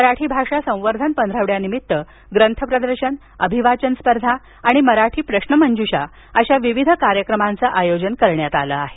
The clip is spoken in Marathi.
मराठी भाषा संवर्धन पंधरवड्या निमित्त ग्रंथप्रदर्शन अभिवाचन स्पर्धा आणि मराठी प्रश्नमंजुषा अशा विविध कार्यक्रमांचं आयोजन करण्यात आलं आहे